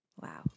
Wow